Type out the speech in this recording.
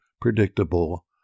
predictable